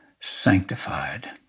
sanctified